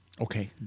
Okay